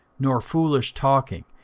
nor foolish talking,